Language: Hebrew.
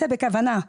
בכוונה,